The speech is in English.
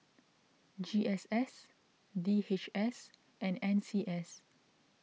G S S D H S and N C S